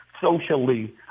socially